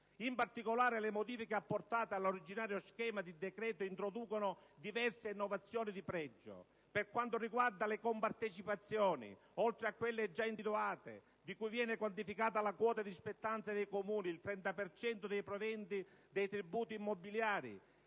In particolare, le modifiche apportale all'originario schema di decreto, introducono diverse innovazioni di pregio. Per quanto riguarda le compartecipazioni, oltre a quelle già individuate, di cui viene quantificata la quota di spettanza dei Comuni: il 30 per cento dei proventi dei tributi immobiliari